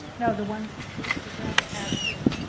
no. the ones the gravel paths here.